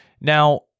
Now